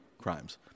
crimes